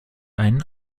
einen